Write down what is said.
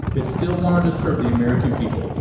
but still wanted to serve the american people.